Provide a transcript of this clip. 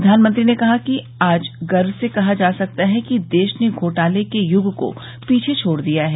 प्रधानमंत्री ने कहा कि आज गर्व से कहा जा सकता है कि देश ने घोटाले के युग को पीछे छोड़ दिया है